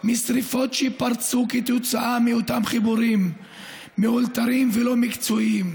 משרפות שפרצו כתוצאה מאותם חיבורים מאולתרים ולא מקצועיים.